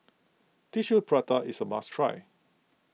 Tissue Prata is a must try